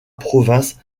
province